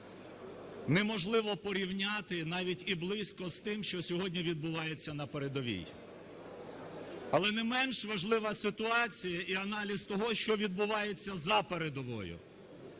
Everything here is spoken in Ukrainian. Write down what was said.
неможливо порівняти навіть і близько з тим, що сьогодні відбувається на передовій. Але не менш важлива ситуація і аналіз того, що відбувається за передовою,